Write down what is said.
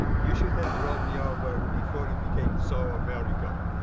you should have brought me over before you became so american.